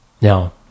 Now